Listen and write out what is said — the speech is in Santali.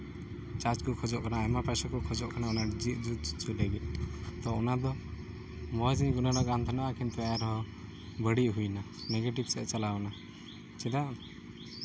ᱪᱟᱨᱡᱽ ᱠᱚ ᱠᱷᱚᱡᱚᱜ ᱠᱟᱱᱟ ᱟᱭᱢᱟ ᱯᱚᱭᱥᱟ ᱠᱚ ᱠᱷᱚᱡᱚᱜ ᱠᱟᱱᱟ ᱚᱱᱟ ᱡᱩᱛ ᱦᱚᱪᱚᱭ ᱞᱟᱹᱜᱤᱫ ᱛᱚ ᱚᱱᱟ ᱫᱚ ᱠᱤᱱᱛᱩ ᱮᱱᱨᱮᱦᱚᱸ ᱵᱟᱹᱲᱤᱡ ᱦᱩᱭᱱᱟ ᱱᱮᱜᱮᱴᱤᱵᱷ ᱥᱮᱫ ᱪᱟᱞᱟᱣ ᱦᱩᱭᱱᱟ ᱪᱮᱫᱟᱜ